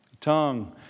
tongue